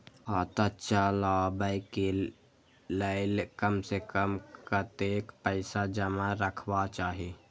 खाता चलावै कै लैल कम से कम कतेक पैसा जमा रखवा चाहि